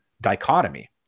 dichotomy